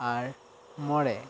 ᱟᱨ ᱢᱚᱬᱮ